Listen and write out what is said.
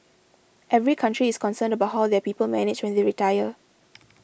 every country is concerned about how their people manage when they retire